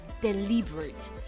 deliberate